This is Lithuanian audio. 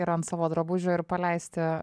ir ant savo drabužio ir paleisti